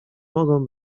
mogą